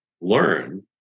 learn